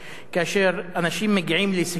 כאשר אנשים מגיעים לסיכום